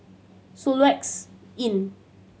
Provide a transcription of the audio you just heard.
Soluxe Inn